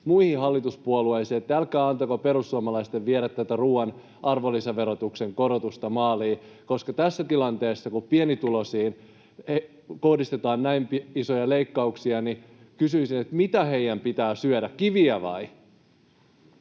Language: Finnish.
muihin hallituspuolueisiin, että älkää antako perussuomalaisten viedä tätä ruuan arvonlisäverotuksen korotusta maaliin. Tässä tilanteessa, kun pienituloisiin kohdistetaan näin isoja leikkauksia, kysyisin: Mitä heidän pitää syödä? Kiviä, vai?